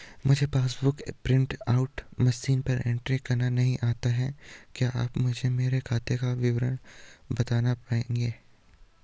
मुझे passbook book print out machine पर entry करना नहीं आता है क्या आप मुझे मेरे खाते का विवरण बताना पाएंगे?